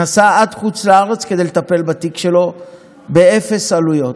נסע לחוץ לארץ כדי לטפל בתיק שלו באפס עלויות.